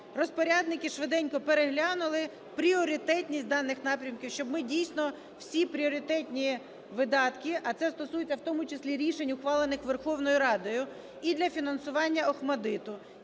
розпорядники швиденько переглянули пріоритетність даних напрямків, щоб ми, дійсно, всі пріоритетні видатки, а це стосується у тому числі рішень, ухвалених Верховною Радою, і для фінансування ОХМАТДИТу,